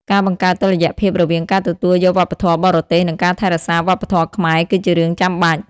ការបង្កើតតុល្យភាពរវាងការទទួលយកវប្បធម៌បរទេសនិងការថែរក្សាវប្បធម៌ខ្មែរគឺជារឿងចាំបាច់។